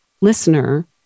listener